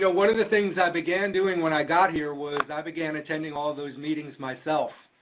yeah one of the things i began doing when i got here was i began attending all those meetings myself,